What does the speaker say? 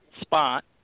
spot